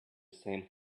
same